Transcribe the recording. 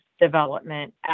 development